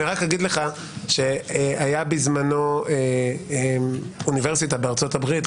אני רק אגיד לך שהייתה בזמנו אוניברסיטה בארצות הברית,